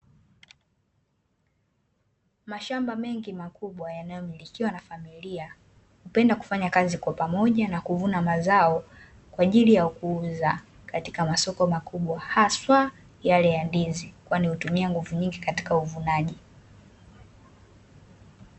Mashamba mengi makubwa yanayomilikiwa na familiya hupenda kufanya kazi kwa pamoja na kuvuna mazao kwa ajili ya kuuza katika masoko makubwa haswaa yale ya ndizi kwani hutimia nguvu nyingi katika uvunaji.